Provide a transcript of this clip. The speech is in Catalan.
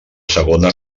segona